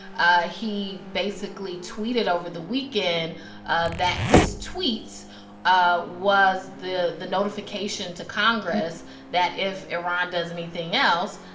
ah he basically tweeted over the weekend ah that his tweet ah was the the notification to congress that if iran does anything else,